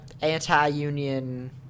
anti-union